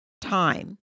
time